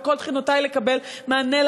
וכל תחינותי לקבל מענה,